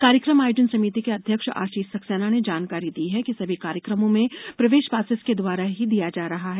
कार्यक्रम आयोजन समिति के अध्यक्ष आशीष सक्सेना ने जानकारी दी है कि सभी कार्यकमों में प्रवेश पासेस के द्वारा ही दिया जा रहा है